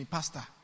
Pastor